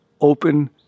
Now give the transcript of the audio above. open